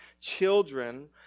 children